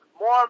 more